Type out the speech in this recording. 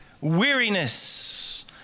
Weariness